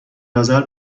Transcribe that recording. نظر